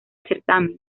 certamen